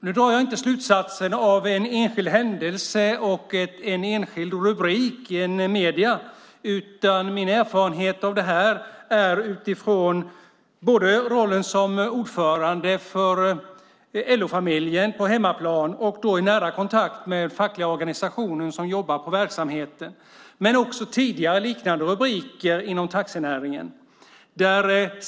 Nu drar jag inte slutsatser av en enskild händelse och en enskild rubrik i medier. Min erfarenhet är från både rollen som ordförande för LO-familjen på hemmaplan, i nära kontakt med fackliga organisationer som jobbar inom verksamheten, och tidigare liknande rubriker om taxinäringen.